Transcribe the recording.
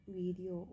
video